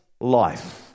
life